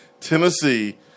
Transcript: Tennessee